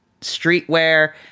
streetwear